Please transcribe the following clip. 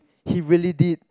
he really did